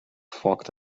fogged